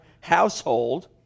household